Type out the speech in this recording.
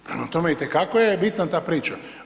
Prema tome, itekako je bitna ta priča.